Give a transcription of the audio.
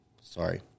Sorry